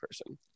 person